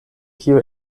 kio